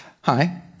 hi